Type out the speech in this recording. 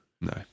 no